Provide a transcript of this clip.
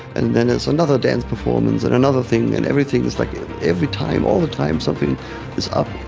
and then it's another dance performance and another thing. and everything is like every time, all the time, something is up.